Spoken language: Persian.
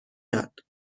یاد